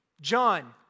John